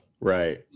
Right